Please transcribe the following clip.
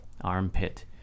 Armpit